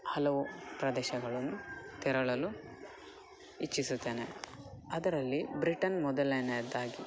ಹಲವು ಪ್ರದೇಶಗಳನ್ನು ತೆರಳಲು ಇಚ್ಛಿಸುತ್ತೇನೆ ಅದರಲ್ಲಿ ಬ್ರಿಟನ್ ಮೊದಲನೇಯದ್ದಾಗಿ